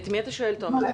את מי אתה שואל, תומר?